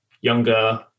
younger